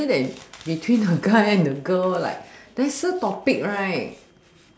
rather than between a guy and a girl like lesser topics right